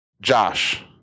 Josh